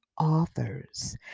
authors